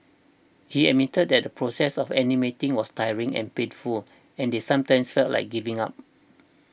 he admitted that the process of animating was tiring and painful and they sometimes felt like giving up